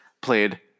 played